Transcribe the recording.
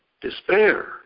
despair